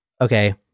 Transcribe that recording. okay